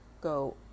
go